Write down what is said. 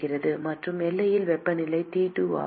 மற்றும் எல்லையில் வெப்பநிலை T2 ஆகும்